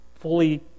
fully